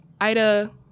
ida